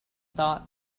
thought